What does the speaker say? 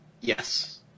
Yes